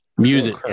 Music